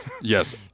yes